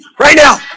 right now,